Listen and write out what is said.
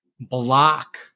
block